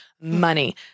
money